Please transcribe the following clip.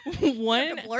One